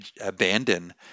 abandon